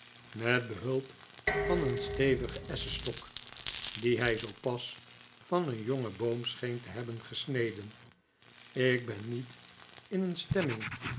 met behulp van een stevigen esschenstok dien hij zoo pas van een jongen boom scheen te hebben gesneden ik ben niet in een stemming